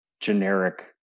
generic